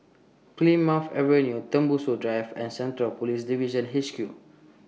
Plymouth Avenue Tembusu Drive and Central Police Division H Q